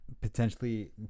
potentially